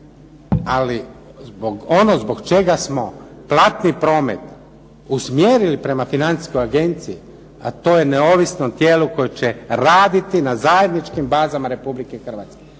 ono zbog čega smo platni promet usmjerili prema Financijskoj agenciji, a to je neovisnom tijelu koje će raditi na zajedničkim bazama Republike Hrvatske,